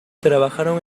trabajaron